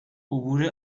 عبور